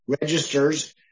registers